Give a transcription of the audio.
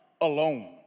alone